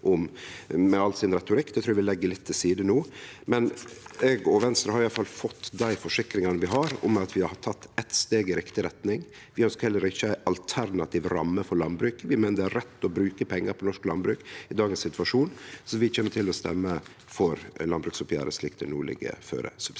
det trur eg vi legg litt til side no. Eg og Venstre har i alle fall fått forsikringar om at vi har teke eitt steg i riktig retning. Vi ønskjer heller ikkje alternativ ramme for landbruk, vi meiner det er rett å bruke pengar på norsk landbruk i dagens situasjon, så vi kjem subsidiært til å stemme for landbruksoppgjeret slik det no ligg føre.